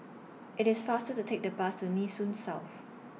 IT IS faster to Take The Bus to Nee Soon South